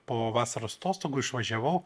po vasaros atostogų išvažiavau